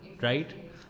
Right